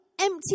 empty